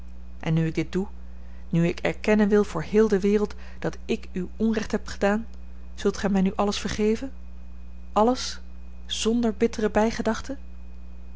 en nu ik dit doe nu ik erkennen wil voor heel de wereld dat ik u onrecht heb gedaan zult gij mij nu alles vergeven alles zonder bittere